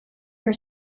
her